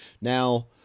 now